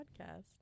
podcast